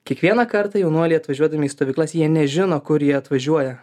kiekvieną kartą jaunuoliai atvažiuodami į stovyklas jie nežino kur jie atvažiuoja